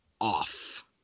Off